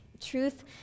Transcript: Truth